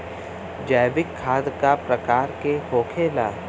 जैविक खाद का प्रकार के होखे ला?